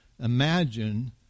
imagine